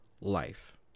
life